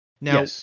Now